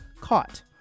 caught